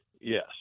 Yes